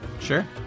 Sure